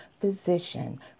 physician